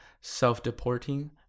self-deporting